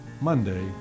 Monday